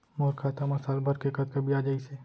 मोर खाता मा साल भर के कतका बियाज अइसे?